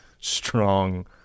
strong